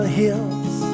hills